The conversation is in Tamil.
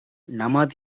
பெயர்கொண்ட